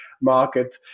market